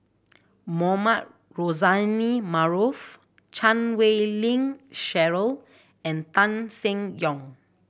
Mohamed Rozani Maarof Chan Wei Ling Cheryl and Tan Seng Yong